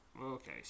Okay